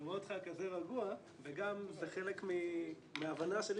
אני רואה אותך כזה גרוע וגם זה חלק מההבנה שלי